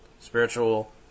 Spiritual